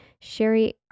Sherry